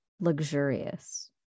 luxurious